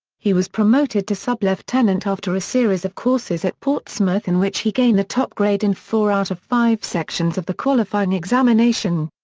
he was promoted to sub-lieutenant after a series of courses at portsmouth in which he gained the top grade in four out of five sections of the qualifying examination.